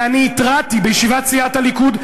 ואני התרעתי בישיבת סיעת הליכוד,